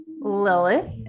Lilith